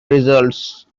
results